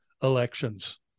elections